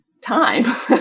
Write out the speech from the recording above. time